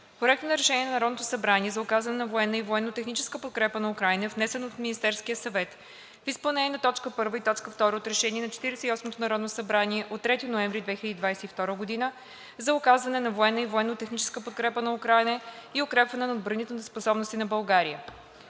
Проектът на решение на Народното събрание за оказване на военна и военно-техническа подкрепа на Украйна e внесен от Министерския съвет в изпълнение на точка 1 и точка 2 от Решение на Четиридесет и осмото народно събрание от 3 ноември 2022 г. за оказване на военна и военно-техническа подкрепа на Украйна и укрепване на отбранителните способности на България.